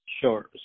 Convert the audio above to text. Sure